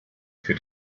für